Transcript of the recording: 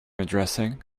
addressing